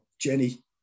jenny